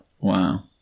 Wow